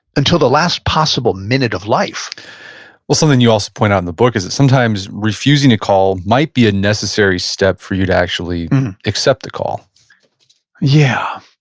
until the last possible minute of life well, something you also pointed out in the book is that sometimes refusing a call might be a necessary step for you to actually accept the call yeah,